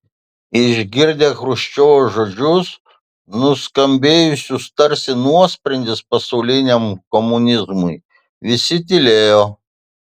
išgirdę chruščiovo žodžius nuskambėjusius tarsi nuosprendis pasauliniam komunizmui visi tylėjo